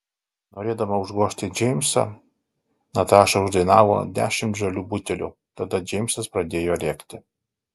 norėdama užgožti džeimsą nataša uždainavo dešimt žalių butelių tada džeimsas pradėjo rėkti